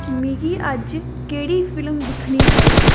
मिगी अज्ज केह्ड़ी फिल्म दिक्खनी चाहिदी